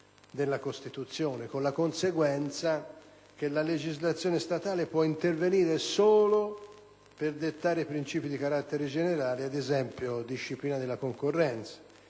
della Costituzione, con la conseguenza che la legislazione statale può intervenire solo per dettare principi di carattere generale, ad esempio disciplina della concorrenza,